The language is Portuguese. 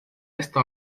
esta